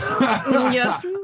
Yes